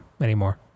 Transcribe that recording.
anymore